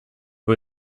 who